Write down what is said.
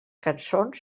cançons